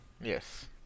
Yes